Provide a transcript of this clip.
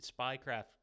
Spycraft